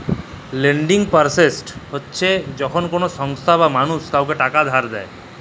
lending process হছে যখল কল সংস্থা বা মালুস কাউকে টাকা ধার দেঁই